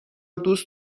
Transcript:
دوست